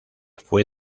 fue